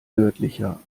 nördlicher